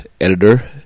Editor